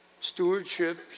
stewardship